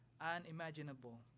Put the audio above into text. Unimaginable